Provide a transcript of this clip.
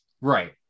right